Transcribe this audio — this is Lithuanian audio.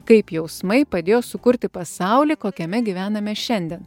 kaip jausmai padėjo sukurti pasaulį kokiame gyvename šiandien